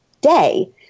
day